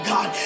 God